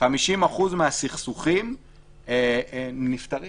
50% מן הסכסוכים נפתרים